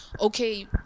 okay